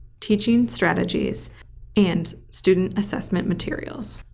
teaching strategies and student assessment materials.